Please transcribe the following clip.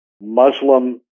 Muslim